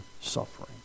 suffering